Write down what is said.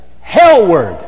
hellward